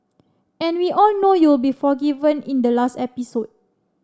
and we all know you'll be forgiven in the last episode